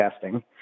testing